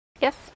Yes